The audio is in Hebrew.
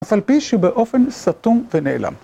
אף על פי שבאופן סתום ונעלם.